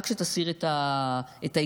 רק שתסיר את ההתנגדות.